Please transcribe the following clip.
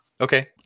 Okay